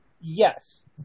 Yes